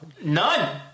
None